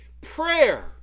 prayer